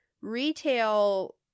retail